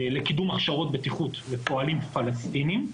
לקידום הכשרות בטיחות לפועלים פלסטיניים.